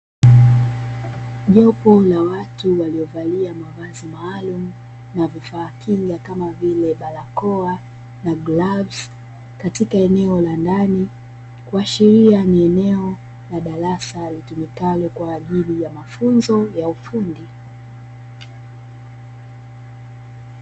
Jopo la watu waliovalia mavazi maalumu na vifaa kinga kama vile; barakoa, glavu, katika eneo la ndani, kuashiria ni eneo la darasa litumikalo kwa ajili ya mafunzo ya ufundi.